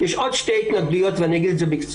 וכולי.